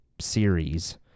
series